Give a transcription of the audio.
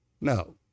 No